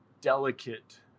delicate